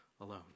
alone